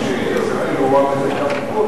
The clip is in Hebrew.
אמרתי שישראל לא רואה בזה קו גבול,